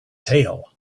tail